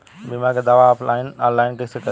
बीमा के दावा ऑनलाइन कैसे करेम?